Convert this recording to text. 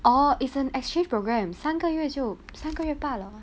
orh is an exchange programme 三个月就三个月半了吗